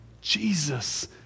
Jesus